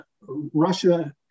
Russia